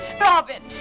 Robin